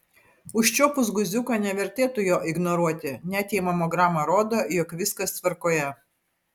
užčiuopus guziuką nevertėtų jo ignoruoti net jei mamograma rodo jog viskas tvarkoje